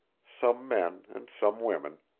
some men and some women,